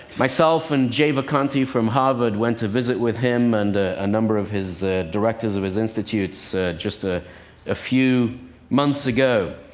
myself and jay vacanti from harvard went to visit with him and a number of his directors of his institute so just ah a few months ago,